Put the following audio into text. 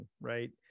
right